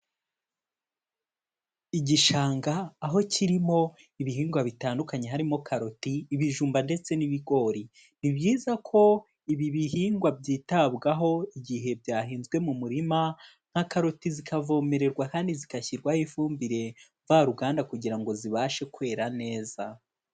Igishanga, aho kirimo ibihingwa bitandukanye harimo: karoti, ibijumba ndetse n'ibigori. Ni byiza ko ibi bihingwa byitabwaho igihe byahinzwe mu murima, nka karoti zikavomererwa kandi zigashyirwaho ifumbire mvaruganda kugira ngo zibashe kwera neza.